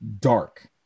dark